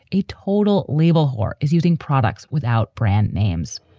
a total label whore, is using products without brand names